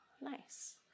nice